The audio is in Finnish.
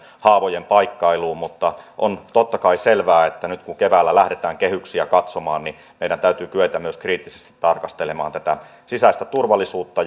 haavojen paikkailuun mutta on totta kai selvää että nyt kun keväällä lähdetään kehyksiä katsomaan meidän täytyy kyetä myös kriittisesti tarkastelemaan tätä sisäistä turvallisuutta